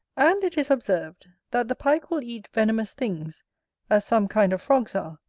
and it is observed, that the pike will eat venomous things, as some kind of frogs are,